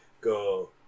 go